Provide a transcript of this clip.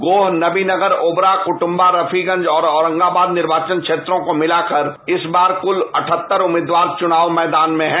गोह नवीनगर ओबरा क्ट्बा रफीगंज और औरंगाबाद निर्वाचन क्षेत्रों को मिलाकर इस बार क्ल अठहत्तर उम्मीदवार चुनावी मैदान में है